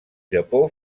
japó